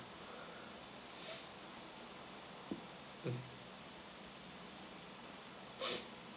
mm